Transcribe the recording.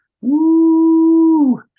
Woo